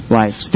life